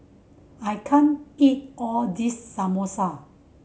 I can't eat all this Samosa